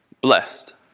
Blessed